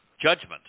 Judgment